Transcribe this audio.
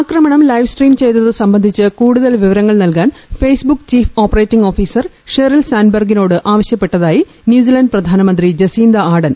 ആക്രമണ ദൃശ്യം ഒര്ലീവ്സ്ട്രീം നിരീക്ഷിക്കുന്നത് സംബന്ധിച്ച് കൂടുതൽ വിവരങ്ങൾ ന്ൽകാൻ Facebook chief operating officer Sheryl സാന്റ്ബെർഗിനോട് ആവശ്യപ്പെട്ടതായി ന്യൂസിലാന്റ് പ്രധാനമന്ത്രി ജസീന്ത ആഡൻ